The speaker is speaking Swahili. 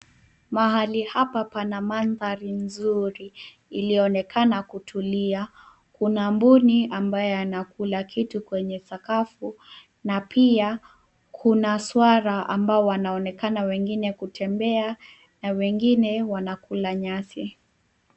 Mahali hapa pana mandhari nzuri iliyoonekana kutulia. Kuna mbuni ambaye anakula kitu kwenye sakafu. Na pia kuna swala ambao wanaonekana wengine kutembea na wengine wanakula nyasi.